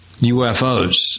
UFOs